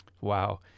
Wow